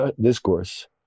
discourse